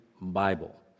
Bible